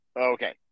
Okay